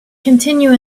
continue